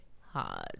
Hard